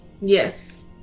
Yes